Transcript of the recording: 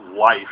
life